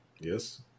Yes